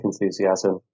enthusiasm